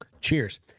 Cheers